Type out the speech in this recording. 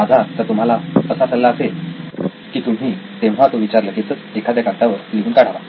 माझा तर तुम्हाला असा सल्ला असेल की तुम्ही तेव्हा तो विचार लगेचच एखाद्या कागदावर लिहून काढावा